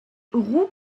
roux